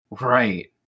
Right